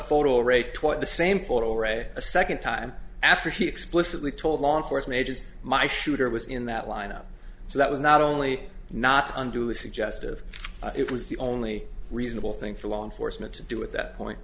photo rate twice the same photo array a second time after he explicitly told law enforcement agents my shooter was in that lineup so that was not only not unduly suggestive it was the only reasonable thing for law enforcement to do at that point